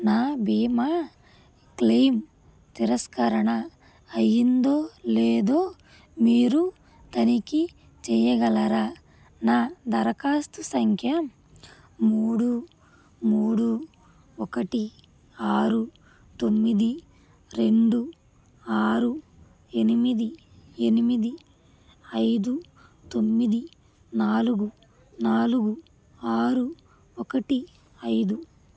నా బీమా క్లెయిమ్ తిరస్కరణ అయ్యిందో లేదో మీరు తనిఖీ చెయ్యగలరా నా దరఖాస్తు సంఖ్య మూడు మూడు ఒకటి ఆరు తొమ్మిది రెండు ఆరు ఎనిమిది ఎనిమిది ఐదు తొమ్మిది నాలుగు నాలుగు ఆరు ఒకటి ఐదు